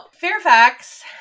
Fairfax